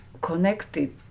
Connected